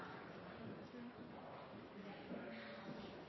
den situasjonen at